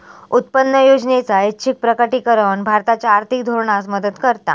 उत्पन्न योजनेचा ऐच्छिक प्रकटीकरण भारताच्या आर्थिक धोरणास मदत करता